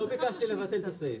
לא ביקשתי לבטל את הסעיף.